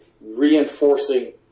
reinforcing